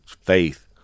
faith